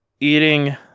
eating